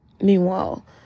Meanwhile